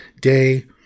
day